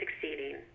succeeding